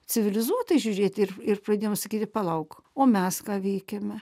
civilizuotai žiūrėti ir ir pradėjom sakyti palauk o mes ką veikėme